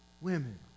women